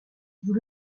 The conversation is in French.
vous